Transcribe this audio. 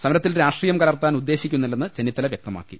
സമരത്തിൽ രാഷ്ട്രീയം കലർത്താൻ ഉദ്ദേശിക്കുന്നില്ലെന്ന് ചെന്നിത്തല വ്യക്തമാക്കി